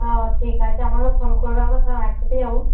হ্যাঁ ঠিক আছে আমাকে ফোন করবে আবার একসাথে যাবো